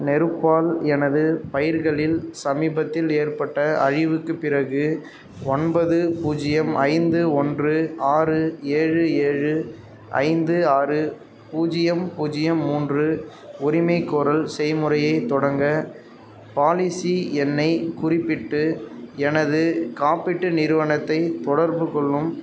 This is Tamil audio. நெருப்பால் எனது பயிர்களில் சமீபத்தில் ஏற்பட்ட அழிவுக்குப் பிறகு ஒன்பது பூஜ்ஜியம் ஐந்து ஒன்று ஆறு ஏழு ஏழு ஐந்து ஆறு பூஜ்ஜியம் பூஜ்ஜியம் மூன்று உரிமைகோரல் செய்முறையைத் தொடங்க பாலிசி எண்ணைக் குறிப்பிட்டு எனது காப்பீட்டு நிறுவனத்தைத் தொடர்புக்கொள்ளும்